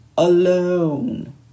alone